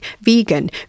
vegan